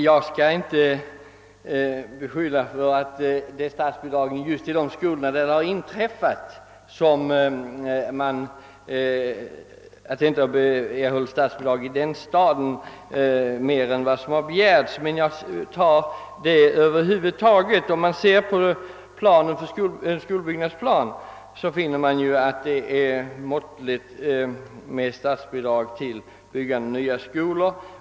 Herr talman! Jag skall inte påstå att dessa olyckshändelser inträffat just i de städer som inte erhållit statsbidrag. Men om vi ser på planen för skolbyggnader, finner vi att endast måttliga statsbidrag utgår till byggandet av nya skolor.